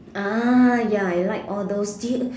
ah ya I like all those